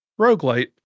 roguelite